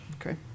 okay